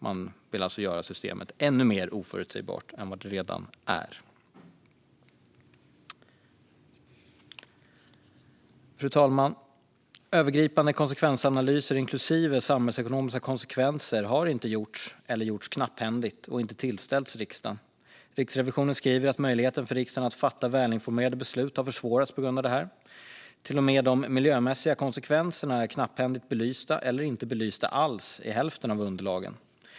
Man vill alltså göra systemet än mer oförutsägbart än det är. Fru talman! Övergripande konsekvensanalyser inklusive samhällsekonomiska konsekvenser har inte gjorts eller har gjorts knapphändigt och inte tillställts riksdagen. Riksrevisionen skriver att möjligheten för riksdagen att fatta välinformerade beslut har försvårats på grund av detta. Till och med de miljömässiga konsekvenserna är knapphändigt belysta eller inte belysta alls i hälften av underlagen.